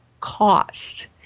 cost